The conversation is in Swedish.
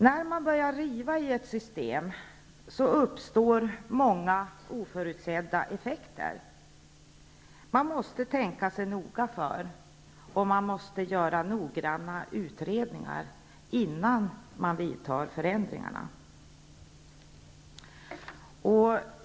När man börjar riva i ett system, uppstår många oförutsedda effekter. Man måste tänka sig noga för, och man måste göra noggranna utredningar, innan man vidtar förändringar.